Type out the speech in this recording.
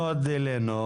לאומי.